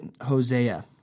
Hosea